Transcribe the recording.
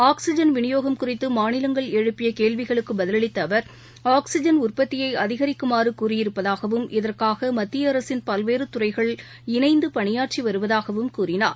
oxygen விநியோகம் குறித்து மாநிலங்கள் எழுப்பிய கேள்விகளுக்கு பதிலளித்த அவர் ஆக்ஸிஜன் உற்பத்தியை அதிகரிக்குமாறு கூறியிருப்பதாகவும் இதற்காக மத்திய அரசின் பல்வேறு துறைகள் இணைந்து பணியாற்றி வருவதாகவும் கூறினார்